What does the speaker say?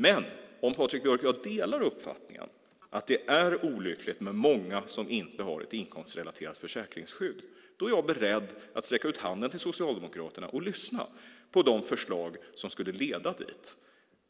Men om Patrik Björck och jag delar uppfattningen att det är olyckligt när många inte har ett inkomstrelaterat försäkringsskydd är jag beredd att sträcka ut handen till Socialdemokraterna och lyssna på de förslag som skulle leda till att de får det,